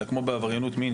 אלא כמו בעבריינות מין,